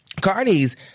Cardi's